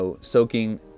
soaking